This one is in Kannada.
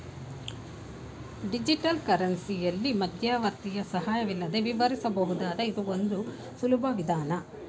ಡಿಜಿಟಲ್ ಕರೆನ್ಸಿಯಲ್ಲಿ ಮಧ್ಯವರ್ತಿಯ ಸಹಾಯವಿಲ್ಲದೆ ವಿವರಿಸಬಹುದು ಇದು ಒಂದು ಸುಲಭ ವಿಧಾನ